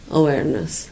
awareness